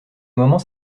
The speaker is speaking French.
moment